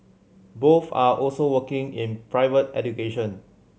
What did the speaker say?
both are also working in private education